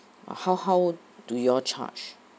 how how do your charge